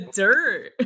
dirt